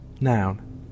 Noun